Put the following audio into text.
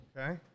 okay